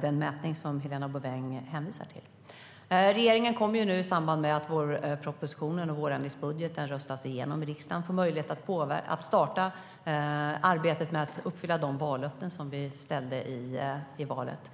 de mätresultat Helena Bouveng hänvisar till. Regeringen kommer i samband med att vårpropositionen - vårändringsbudgeten - röstas igenom i riksdagen att få möjlighet att starta arbetet med att uppfylla de vallöften som vi ställde i valet.